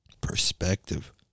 Perspective